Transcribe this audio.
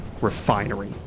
refinery